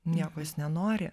nieko jis nenori